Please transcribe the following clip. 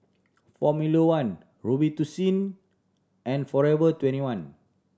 Formula One Robitussin and Forever Twenty one